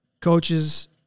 coaches